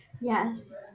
Yes